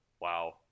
Wow